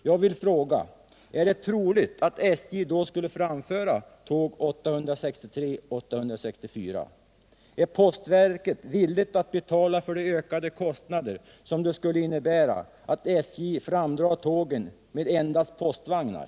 Jag vill fråga: Är det troligt att SJ då skulle framföra tåg 863-864? Är postverket villigt att betala för de ökade kostnader som det skulle innebära att SJ framdrar tågen med endast postvagnar?